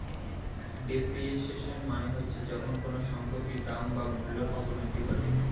depreciation মানে হচ্ছে যখন কোনো সম্পত্তির দাম বা মূল্যর অবনতি ঘটে